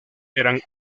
eran